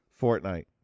Fortnite